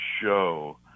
show